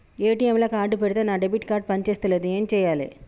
ATM లా card పెడితే నా డెబిట్ కార్డ్ పని చేస్తలేదు ఏం చేయాలే?